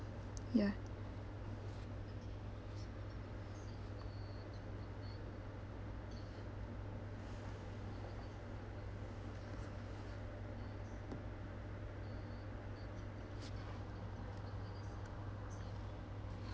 ya